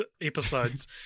episodes